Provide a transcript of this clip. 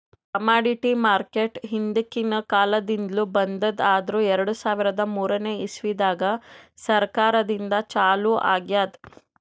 commodity market ಹಿಂದ್ಕಿನ್ ಕಾಲದಿಂದ್ಲು ಬಂದದ್ ಆದ್ರ್ ಎರಡ ಸಾವಿರದ್ ಮೂರನೇ ಇಸ್ವಿದಾಗ್ ಸರ್ಕಾರದಿಂದ ಛಲೋ ಆಗ್ಯಾದ್